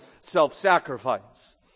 self-sacrifice